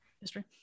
History